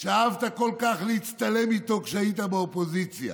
שאהבת כל כך להצטלם איתו כשהיית באופוזיציה?